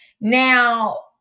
Now